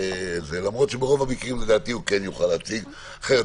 למרות שברוב המקרים כן יוכל להציג אחרת